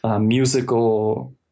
musical